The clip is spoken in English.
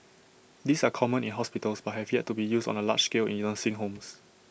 these are common in hospitals but have yet to be used on A large scale in nursing homes